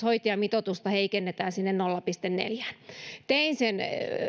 hoitajamitoitusta heikennetään sinne nolla pilkku neljään tein sen